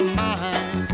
mind